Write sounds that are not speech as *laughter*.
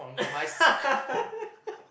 *laughs*